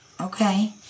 Okay